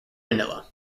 manila